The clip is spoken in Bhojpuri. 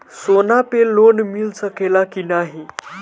सोना पे लोन मिल सकेला की नाहीं?